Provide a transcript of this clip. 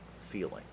feeling